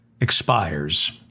expires